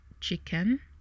chicken